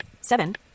Seven